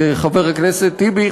חבר הכנסת טיבי,